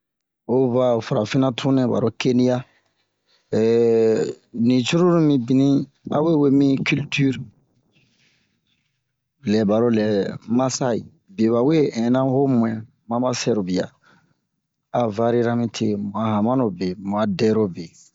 O va ho farafina tun nɛ baro keni'a ni cururu mibini awe we mi kiltir lɛ baro lɛ-masaze biyɛ bawe inna ho mu'in ma ba sɛrobia a varira mi te mu'a hamano be mu'a dɛrobe